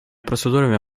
процедурами